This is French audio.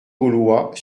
gaulois